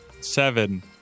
seven